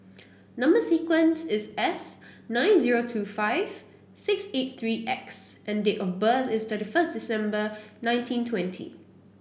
number sequence is S nine zero two five six eight three X and date of birth is thirty first December nineteen twenty